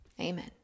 Amen